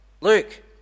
Luke